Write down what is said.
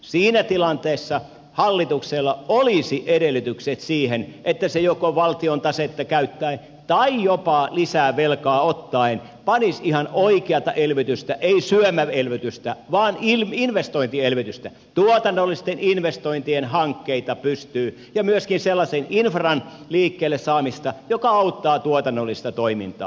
siinä tilanteessa hallituksella olisi edellytykset siihen että se joko valtiontasetta käyttäen tai jopa lisää velkaa ottaen panisi ihan oikeata elvytystä ei syömäelvytystä vaan investointielvytystä tuotannollisten investointien hankkeita pystyyn ja saisi myöskin liikkeelle sellaisen infran joka auttaa tuotannollista toimintaa